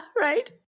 Right